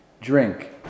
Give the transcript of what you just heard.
drink